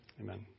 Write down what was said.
Amen